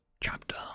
chapter